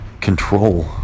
control